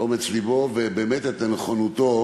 אומץ לבו ואת נכונותו